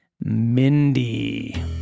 mindy